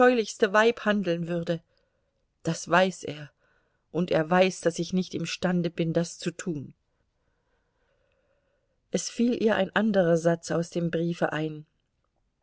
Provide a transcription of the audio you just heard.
handeln würde das weiß er und er weiß daß ich nicht imstande bin das zu tun es fiel ihr ein anderer satz aus dem briefe ein